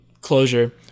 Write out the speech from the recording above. closure